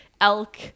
elk